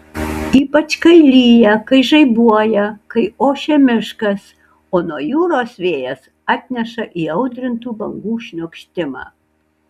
ypač kai lyja kai žaibuoja kai ošia miškas o nuo jūros vėjas atneša įaudrintų bangų šniokštimą